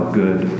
good